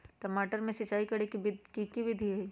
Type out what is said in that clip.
टमाटर में सिचाई करे के की विधि हई?